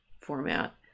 format